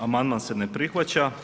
Amandman se ne prihvaća.